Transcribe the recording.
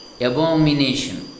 abomination